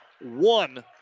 One